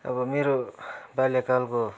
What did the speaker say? अब मेरो बाल्यकालको